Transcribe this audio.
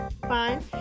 fine